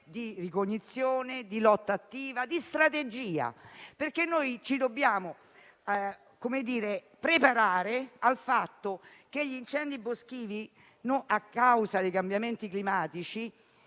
di ricognizione, di lotta attiva, di strategia. Ci dobbiamo preparare al fatto che gli incendi boschivi, a causa dei cambiamenti climatici,